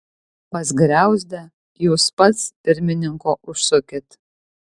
pas griauzdę jūs pats pirmininko užsukit